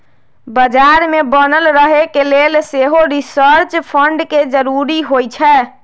बजार में बनल रहे के लेल सेहो रिसर्च फंड के जरूरी होइ छै